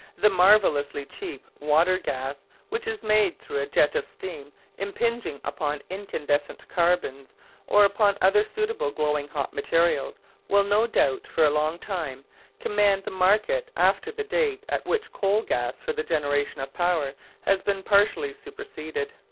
the marvellously cheap water-gas which is made through a jet of steam impinging upon incandescent carbons or upon other suitable glowing hot materials will, no doubt, for a long time command the market after the date at which coal-gas for the generation of power has been partially superseded.